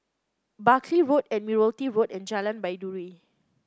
Buckley Road Admiralty Road and Jalan Baiduri